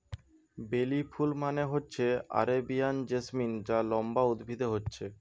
বেলি ফুল মানে হচ্ছে আরেবিয়ান জেসমিন যা লম্বা উদ্ভিদে হচ্ছে